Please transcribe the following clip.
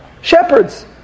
shepherds